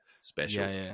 special